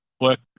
work